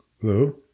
Hello